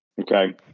okay